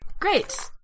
Great